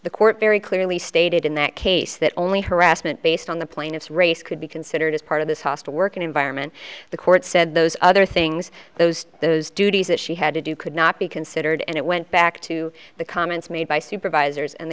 the court very clearly stated in that case that only harassment based on the plaintiff's race could be considered as part of this hostile work environment the court said those other things those those duties that she had to do could not be considered and it went back to the comments made by supervisors and